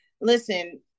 listen